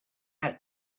out